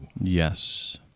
Yes